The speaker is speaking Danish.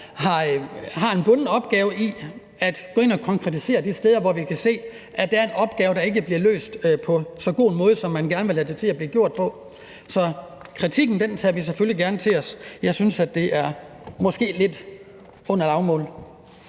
har en bunden opgave i at gå ind og konkretisere de steder, hvor vi kan se, at der er en opgave, der ikke bliver løst på så god en måde, som man gerne vil have det til at blive gjort på. Så kritikken tager vi selvfølgelig gerne til os, men jeg synes måske, at det er lidt under lavmålet.